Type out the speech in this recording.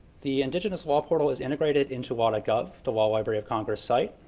the indigenous law portal is integrated into law gov, the law library of congress site,